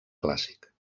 clàssic